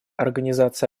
организация